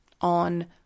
on